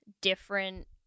different